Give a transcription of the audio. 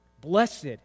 Blessed